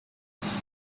waves